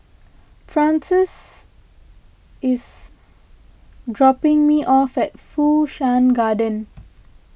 Frances is dropping me off at Fu Shan Garden